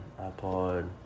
iPod